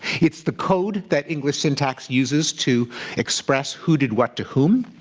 it's the code that english syntax uses to express who did what to whom.